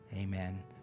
Amen